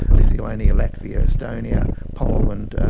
lithuania, latvia, estonia, poland.